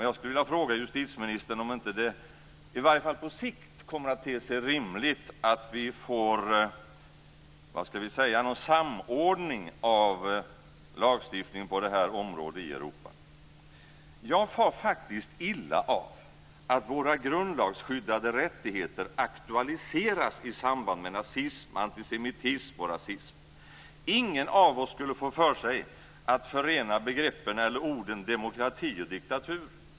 Jag skulle vilja fråga justitieministern om det inte i varje fall på sikt ter sig rimligt att vi får en samordning av lagstiftningen på det här området i Jag far faktiskt illa av att våra grundlagsskyddade rättigheter aktualiseras i samband med nazism, antisemitism och rasism. Ingen av oss skulle få för sig att förena begreppen eller orden demokrati och diktatur.